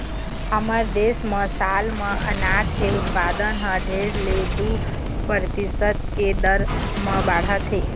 हमर देश म साल म अनाज के उत्पादन ह डेढ़ ले दू परतिसत के दर म बाढ़त हे